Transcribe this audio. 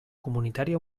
comunitària